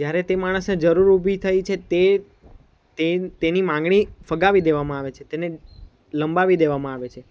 જ્યારે તે માણસને જરૂર ઊભી થઈ છે તે તે તેની માંગણી ફગાવી દેવામાં આવે છે તેને લંબાવી દેવામાં આવે છે